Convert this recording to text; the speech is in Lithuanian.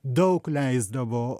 daug leisdavo